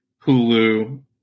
hulu